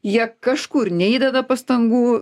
jie kažkur neįdeda pastangų